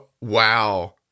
wow